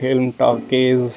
film talkies